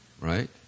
right